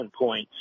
points